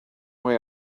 way